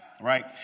Right